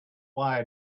why